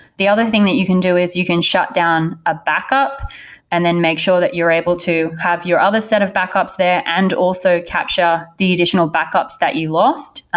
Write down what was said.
the other thing that you can do is you can shut down a backup and then make sure that you're able to have your other set of backups there and also capture the additional backups that you lost.